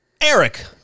Eric